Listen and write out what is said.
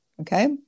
Okay